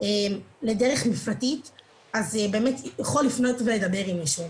לדרך מפלטית אז באמת הוא יוכל לפנות ולדבר עם מישהו.